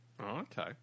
Okay